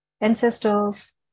ancestors